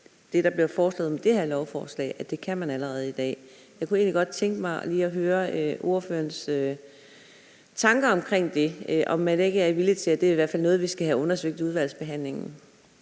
det, der bliver foreslået med det her lovforslag, kan man allerede i dag. Jeg kunne egentlig godt tænke mig lige at høre ordførerens tanker omkring det, og om det i hvert fald ikke er noget, vi skal have undersøgt i udvalgsbehandlingen.